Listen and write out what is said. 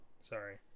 Sorry